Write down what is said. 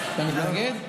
אתה מתנגד?